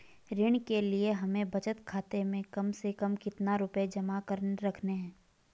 ऋण के लिए हमें बचत खाते में कम से कम कितना रुपये जमा रखने हैं?